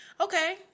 Okay